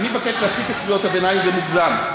אני מבקש להפסיק את קריאות הביניים, זה מוגזם.